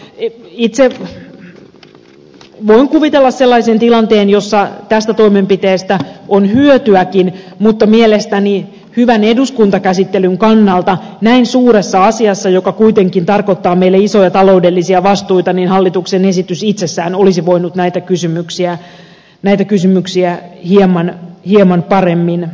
itse voin kuvitella sellaisen tilanteen jossa tästä toimenpiteestä on hyötyäkin mutta mielestäni hyvän eduskuntakäsittelyn kannalta näin suuressa asiassa joka kuitenkin tarkoittaa meille isoja taloudellisia vastuita hallituksen esitys itsessään olisi voinut näitä kysymyksiä hieman paremmin avata